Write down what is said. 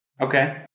Okay